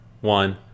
one